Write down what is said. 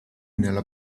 nella